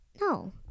no